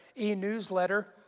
e-newsletter